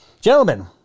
Gentlemen